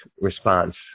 response